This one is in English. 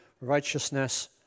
righteousness